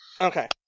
Okay